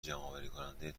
جمعآوریکننده